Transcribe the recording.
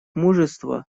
мужество